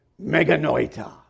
meganoita